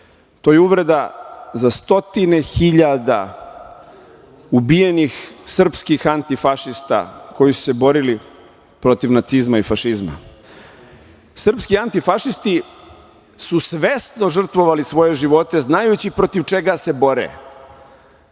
to je uvreda za stotine hiljada ubijenih srpskih antifašista koji su se borili protiv nacizma i fašizma. Srpski antifašisti su svesno žrtvovali svoje živote znajući protiv čega se bore.